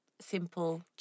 simple